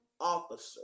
officer